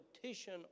petition